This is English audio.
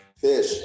fish